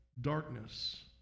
darkness